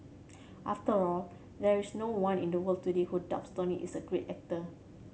after all there is no one in the world today who doubts Tony is a great actor